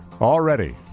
Already